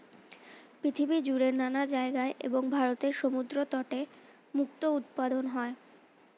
পৃথিবী জুড়ে নানা জায়গায় এবং ভারতের সমুদ্র তটে মুক্তো উৎপাদন হয়